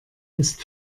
ist